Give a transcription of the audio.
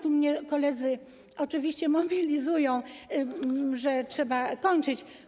Tu mnie koledzy oczywiście mobilizują, że trzeba kończyć.